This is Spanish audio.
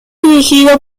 dirigido